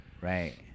Right